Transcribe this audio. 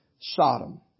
Sodom